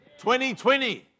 2020